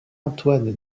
antoine